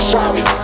Sorry